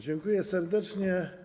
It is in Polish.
Dziękuję serdecznie.